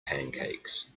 pancakes